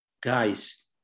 guys